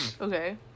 Okay